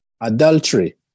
adultery